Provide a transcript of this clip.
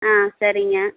ஆ சரிங்க